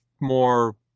more